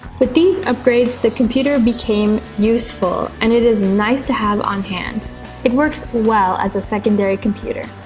with these upgrades the computer became useful and it is nice to have on hand it works well as a secondary computer